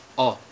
oh